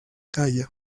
càller